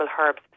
herbs